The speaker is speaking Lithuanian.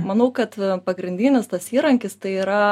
manau kad pagrindinis tas įrankis tai yra